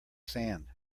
sand